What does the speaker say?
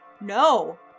No